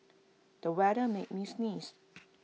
the weather made me sneeze